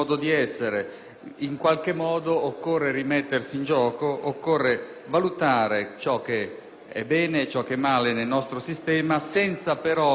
In qualche modo occorre rimettersi in gioco, occorre valutare ciò che è bene e ciò che è male nel nostro sistema, senza però rinunciare